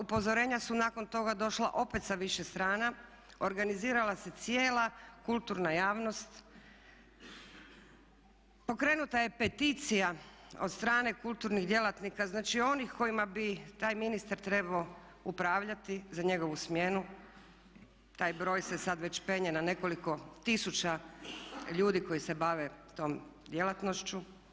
Upozorenja su nakon toga došla opet sa više strana, organizirala se cijela kulturna javnost, pokrenuta je peticija od strane kulturnih djelatnika znači onih kojima bi taj ministar trebao upravljati za njegovu smjenu, taj broj se sad već penje na nekoliko tisuća ljudi koji se bave tom djelatnošću.